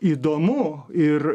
įdomu ir